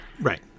Right